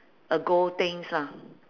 ago things lah